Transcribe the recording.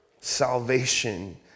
Salvation